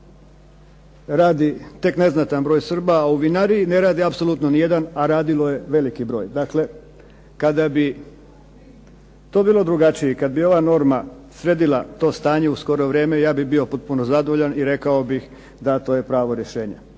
radi tek neznatan broj Srba, a u vinariji ne radi apsolutno ni jedan, a radilo je veliki broj. Dakle, kada bi to bilo drugačije i kada bi ova norma sredila to stanje u skoro vrijeme, ja bih bio potpuno zadovoljan i rekao bih da to je pravo rješenje.